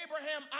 Abraham